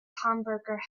hamburger